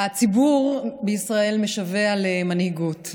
"הציבור בישראל משווע למנהיגות,